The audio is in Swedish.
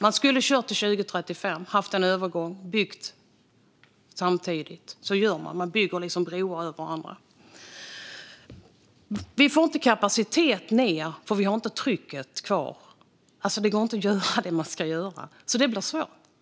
Man skulle ha kört till 2035 och haft en övergång, byggt samtidigt, för så gör man: bygger broar över varandra. Vi får inte kapacitet ned, för vi har inte trycket kvar. Det går inte att göra det man ska göra, så det blir svårt.